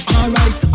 Alright